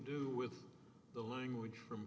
do with the language from